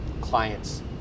clients